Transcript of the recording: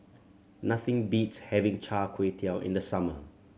nothing beats having Char Kway Teow in the summer